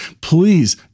Please